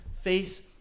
face